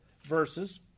verses